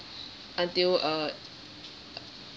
until uh